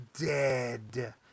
dead